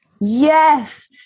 yes